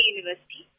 University